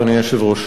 אדוני היושב-ראש.